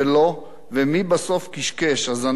ומי בסוף קשקש, הזנב או הכלב.